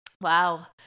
wow